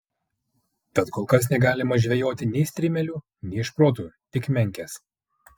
tad kol kas negalima žvejoti nei strimelių nei šprotų tik menkes